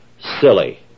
silly